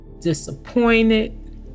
Disappointed